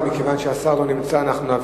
אנחנו נעבור